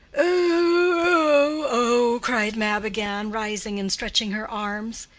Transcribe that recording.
oh oh! cried mab again, rising and stretching her arms.